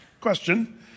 Question